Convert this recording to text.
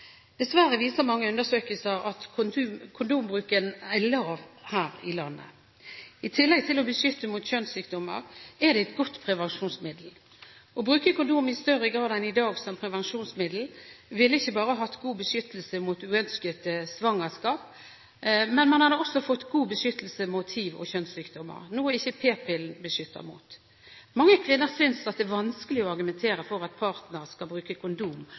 Dessverre viser mange undersøkelser at kondombruken er lav her i landet. I tillegg til å beskytte mot kjønnssykdommer er det et godt prevensjonsmiddel. Å bruke kondom som prevensjonsmiddel i større grad enn i dag ville ikke bare hatt god beskyttelse mot uønskede svangerskap, men man hadde også fått god beskyttelse mot hiv og kjønnssykdommer, noe ikke p-pillen beskytter mot. Mange kvinner synes at det er vanskelig å argumentere for at partner skal bruke kondom